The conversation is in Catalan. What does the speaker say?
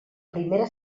primera